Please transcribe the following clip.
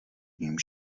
ním